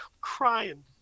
crying